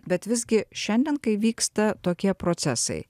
bet visgi šiandien kai vyksta tokie procesai